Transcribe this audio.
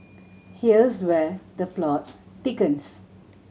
here's where the plot thickens